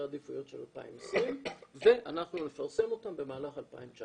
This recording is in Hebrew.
העדיפויות של 2020 ואנחנו נפרסם אותם במהלך 2019,